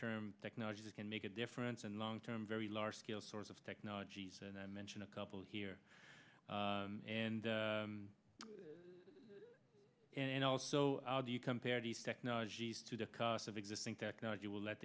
term technology that can make a difference and long term very large scale sorts of technologies and i mentioned a couple here and and also how do you compare these technologies to the cost of existing technology will let